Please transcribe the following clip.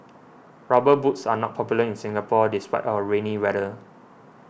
rubber boots are not popular in Singapore despite our rainy weather